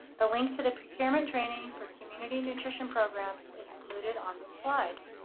the link to the procurement training for community nutrition programs is included on this slide.